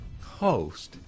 host